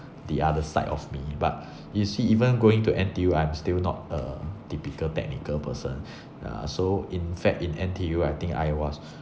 the other side of me but you see even going to N_T_U I'm still not a typical technical person ya so in fact in N_T_U I think I was